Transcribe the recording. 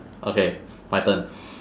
okay my turn